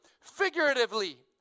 figuratively